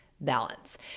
balance